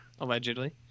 Allegedly